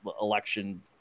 election